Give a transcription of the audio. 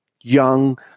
young